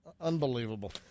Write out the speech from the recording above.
Unbelievable